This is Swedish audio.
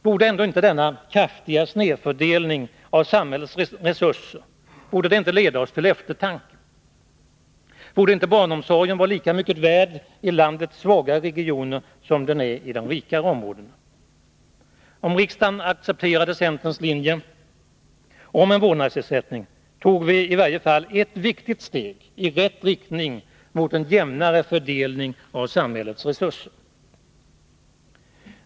Borde ändå inte denna kraftiga snedfördelning av samhällets resurser leda oss till eftertanke? Borde inte barnomsorgen vara lika mycket värd i landets svagare regioner som den är i de rikare områdena? Om riksdagen accepterade centerns linje om en vårdnadsersättning, tog vi i varje fall ett viktigt steg i rätt riktning mot en jämnare fördelning av samhällets resurser.